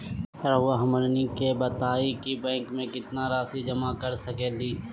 रहुआ हमनी के बताएं कि बैंक में कितना रासि जमा कर सके ली?